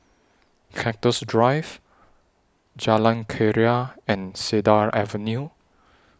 Cactus Drive Jalan Keria and Cedar Avenue